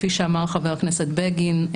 כפי שאמר חבר הכנסת בגין,